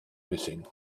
missing